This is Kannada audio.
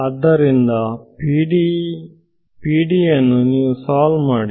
ಆದ್ದರಿಂದ ನೀವು PDE ಅನ್ನು ಸಾಲ್ವ್ ಮಾಡಿ